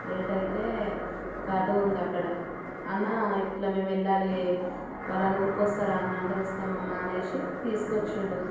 late అయితే ఒక auto ఉంది అక్కడ అన్న ఇట్లా మేము వెళ్ళాలి ఫలానా ఊరుకు వస్తారా అన్నా అంటే వస్తాం అమ్మ అనేసి తీసుకొచ్చాడు